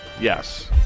Yes